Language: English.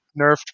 nerfed